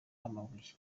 amabuye